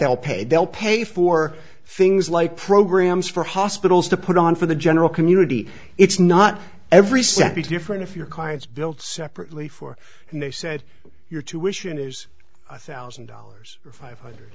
they'll pay they'll pay for things like programs for hospitals to put on for the general community it's not every cent be different if your clients built separately for and they said your tuition is a thousand dollars or five hundred